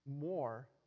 more